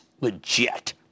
legit